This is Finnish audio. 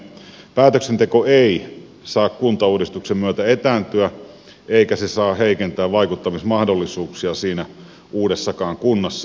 päätöksenteko ei saa kuntauudistuksen myötä etääntyä eikä heikentää vaikuttamismahdollisuuksia siinä uudessakaan kunnassa